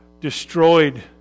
destroyed